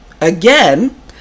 again